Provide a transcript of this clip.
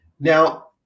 Now